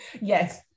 Yes